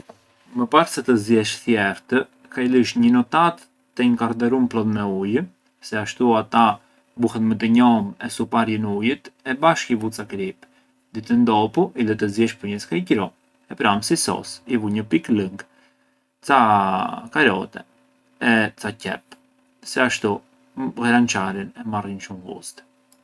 Më parë sa të zjesh thjerrët ka i lësh një notat te një kardharun plot me ujë se ashtu ata buhen më të njomë e suparjën ujët e bashkë i vu ca kripë, ditën dopu i lë të zyesdh pë’ një skaj qëro e pran si sos i vu një pikë lënk, ca karote e ca qepë, se ashtu ghrançaren e marrjën shumë ghustë.